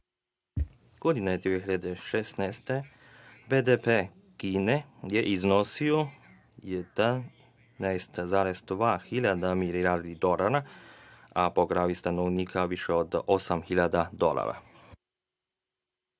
Godine 2016. BDP Kine je iznosio 11,2 hiljade milijardi dolara, a po glavi stanovnika više od 8.000 dolara.